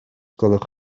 gwelwch